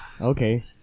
Okay